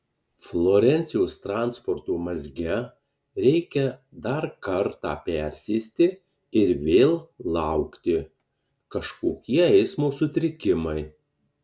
florencijos transporto mazge reikia dar kartą persėsti ir vėl laukti kažkokie eismo sutrikimai